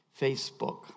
Facebook